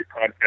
podcast